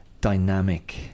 dynamic